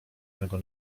mego